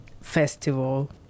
festival